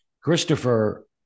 Christopher